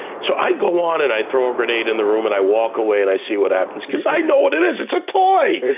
so i go on and i throw a grenade in the room and i walk away and i see what happens, cause i know what it is, it's a toy.